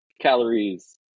calories